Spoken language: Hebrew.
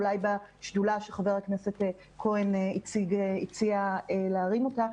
אולי בשדולה שחבר הכנסת כהן הציע להרים אותה,